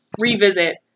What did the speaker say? revisit